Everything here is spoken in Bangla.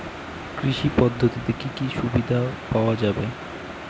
কৃষি পদ্ধতিতে কি কি সুবিধা পাওয়া যাবে?